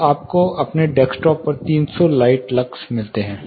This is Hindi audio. तो आपको अपने डेस्कटॉप पर तीन सौ लाइट लक्स मिलते हैं